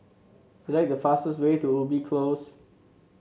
select the fastest way to Ubi Close